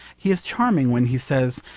he is charming when he says,